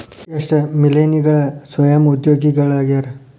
ಎಷ್ಟ ಮಿಲೇನಿಯಲ್ಗಳ ಸ್ವಯಂ ಉದ್ಯೋಗಿಗಳಾಗ್ಯಾರ